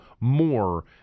more